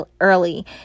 early